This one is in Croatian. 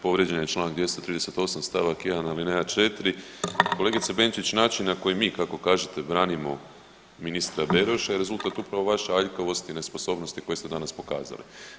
Povrijeđen je članak 238. stavak 1. alineja 4. Kolegice Benčić način na koji mi kako kažete branimo ministra Beroša je rezultat upravo vaše aljkavosti i nesposobnosti koje ste danas pokazali.